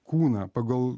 kūną pagal